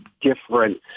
different